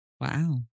Wow